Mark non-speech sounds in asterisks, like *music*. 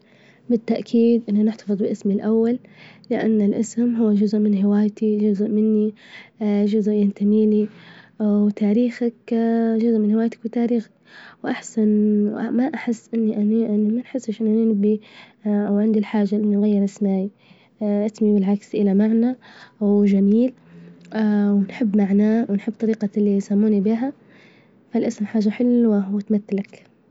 بالتأكيد إن نحتفظ باسمي الأول، لأن الاسم هو جزء من هوايتي، جزء مني *hesitation* جزء ينتمي لي *hesitation* وتاريخك *hesitation* جزء من هوايتك وتاريخك وأحس إن- ما أحس إني ما أحسش إنني *hesitation* أوعندي الحاجة إني أغير اسمي أنا *hesitation* اسمي بالعكس إلي وجميل، *hesitation* ونحب معناه، ونحب طريجة إللي يسموني بيه، فالاسم حاجة حلللللوة وتمثلك.